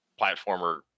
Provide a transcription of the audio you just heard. platformer